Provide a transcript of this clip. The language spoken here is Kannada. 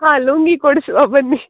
ಹಾಂ ಲುಂಗಿ ಕೊಡಿಸುವ ಬನ್ನಿ